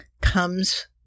comes